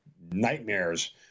nightmares